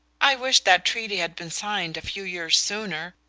i wish that treaty had been signed a few years sooner!